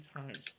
times